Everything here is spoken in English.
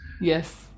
yes